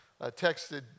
texted